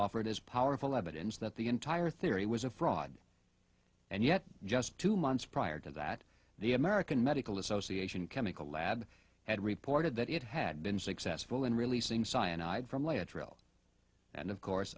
offered as powerful evidence that the entire theory was a fraud and yet just two months prior to that the american medical association chemical lab had reported that it had been successful in releasing cyanide from lay a trail and of course